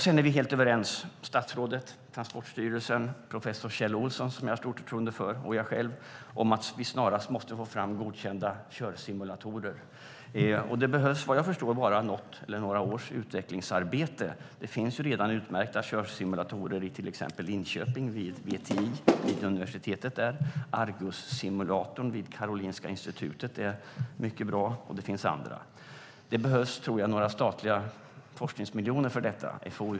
Sedan är vi helt överens, statsrådet, Transportstyrelsen, professor Kjell Ohlsson och jag själv om att vi snarast måste få fram godkända körsimulatorer. Det behövs, vad jag förstår, bara något eller några års utvecklingsarbete. Det finns redan utmärkta körsimulatorer i till exempel Linköping vid VTI och universitetet, Argussimulatorn vid Karolinska sjukhuset, och det finns andra. Det behövs, tror jag, några statliga forskningsmiljoner för detta.